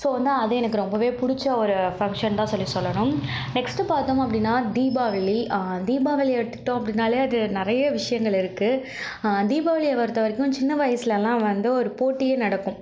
so வந்து அது எனக்கு ரொம்ப பிடிச்ச ஒரு ஃபங்க்ஷன் தான் சொல்லி சொல்லணும் நெக்ஸ்ட்டு பார்த்தோம் அப்படின்னா தீபாவளி தீபாவளி எடுத்துகிட்டோம் அப்படின்னாலே அது நிறைய விஷயங்கள் இருக்கு தீபாவளியை பொருத்த வரைக்கும் சின்ன வயிஸ்லலாம் வந்து ஒரு போட்டி நடக்கும்